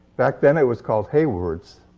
back then, it was called haywards.